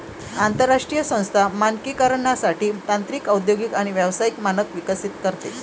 आंतरराष्ट्रीय संस्था मानकीकरणासाठी तांत्रिक औद्योगिक आणि व्यावसायिक मानक विकसित करते